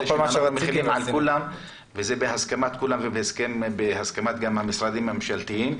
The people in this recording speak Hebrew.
אנחנו מחילים על כולם וזה בהסכמת כולם והסכמת גם המשרדים הממשלתיים.